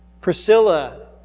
Priscilla